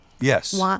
Yes